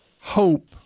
hope